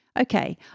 Okay